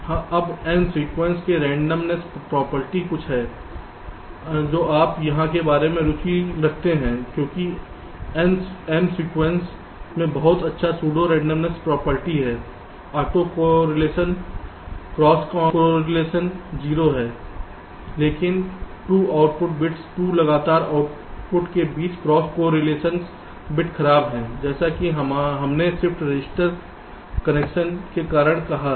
अब m sequence के randomness property कुछ है जो आप यहाँ के बारे में रुचि रखते हैं क्योंकि m सीक्वेंस में बहुत अच्छा सूडो रैंडमनेस प्रॉपर्टी हैं ऑटो कोरिलेशन क्रॉस कोरिलेशन 0 है लेकिन 2 आउटपुट बिट्स 2 लगातार आउटपुट के बीच क्रॉस कोरिलेशन बिट्स खराब है जैसा कि हमने शिफ्ट रजिस्टर कनेक्शन के कारण कहा है